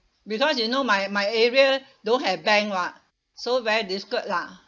because you know my my area don't have bank [what] so very difficult lah